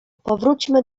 powróćmy